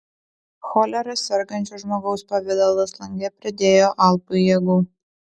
cholera sergančio žmogaus pavidalas lange pridėjo albui jėgų